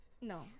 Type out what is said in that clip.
No